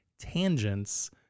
tangents